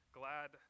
glad